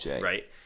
right